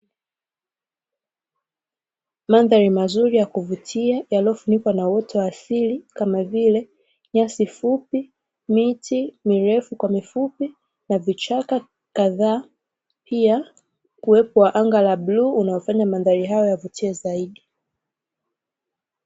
Mandhari mazuri ya kuvutia yaliyofunikwa na uoto wa asili kama vile: nyasi fupi, miti mirefu kwa mifupi na vichaka kadhaa, pia uwepo wa anga ya bluu unaofanya mandhari hayo yavutie zaidi.